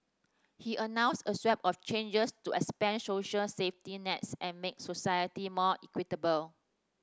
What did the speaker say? he announced a swathe of changes to expand social safety nets and make society more equitable